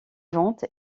ventes